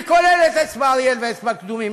אני כולל את אצבע-אריאל ואצבע-קדומים,